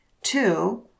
Two